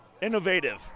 Innovative